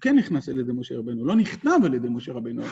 כן נכנס אל ידי משה רבנו, לא נכתב על ידי משה רבנו,